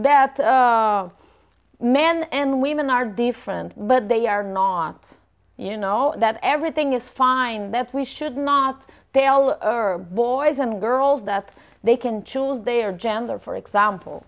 that men and women are different but they are not you know that everything is fine that we should not they all are boys and girls that they can choose their gender for example